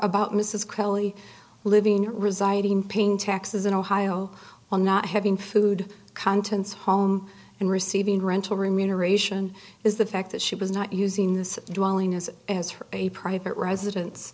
about mrs kelly living are residing paying taxes in ohio on not having food contents home and receiving rental remuneration is the fact that she was not using this dwelling as as a private residence